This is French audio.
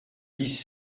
dix